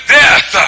death